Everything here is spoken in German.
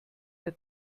der